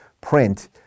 print